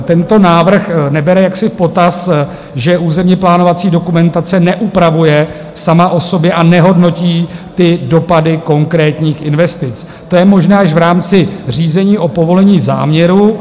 Tento návrh nebere jaksi v potaz, že územněplánovací dokumentace neupravuje sama o sobě a nehodnotí dopady konkrétních investic, to je možné až v rámci řízení o povolení záměru.